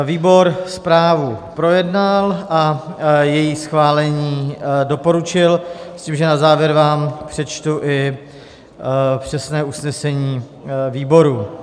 Výbor zprávu projednal a její schválení doporučil s tím, že na závěr vám přečtu i přesné usnesení výboru.